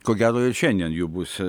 ko gero ir šiandien jų bus